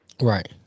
Right